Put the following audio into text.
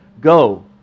go